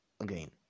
again